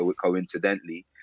coincidentally